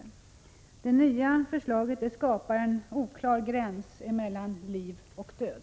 Vad som nu föreslås skapar en oklar gräns mellan liv och död.